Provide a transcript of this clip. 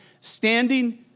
standing